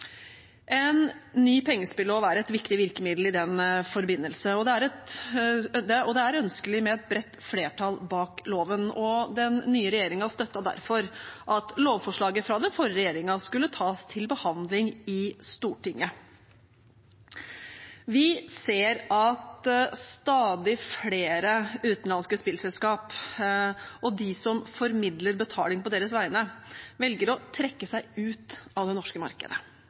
En ny pengespillov er et viktig virkemiddel i den forbindelse, og det er ønskelig med et bredt flertall bak loven. Den nye regjeringen støttet derfor at lovforslaget fra den forrige regjeringen skulle tas til behandling i Stortinget. Vi ser at stadig flere utenlandske spillselskaper og de som formidler betaling på deres vegne, velger å trekke seg ut av det norske markedet.